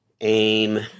aim